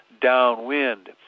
downwind